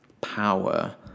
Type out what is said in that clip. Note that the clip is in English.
power